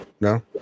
No